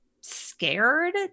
scared